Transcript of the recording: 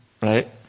right